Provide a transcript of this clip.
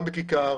גם בכיכר